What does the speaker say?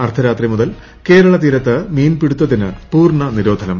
അർദ്ധരാത്രി മുതൽ കേരള തീരത്ത് മീൻപിടുത്തത്തിന് പൂർണ നിരോധനം